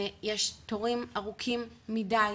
יש תורים ארוכים מדי.